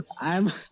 I'm-